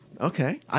Okay